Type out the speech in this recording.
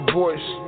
voice